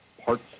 parts